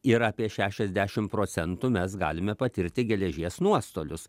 ir apie šešiasdešim procentų mes galime patirti geležies nuostolius